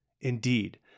Indeed